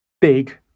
big